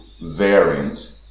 variant